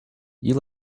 you